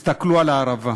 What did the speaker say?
הסתכלו על הערבה.